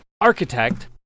architect